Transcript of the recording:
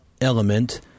element